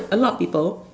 a lot of people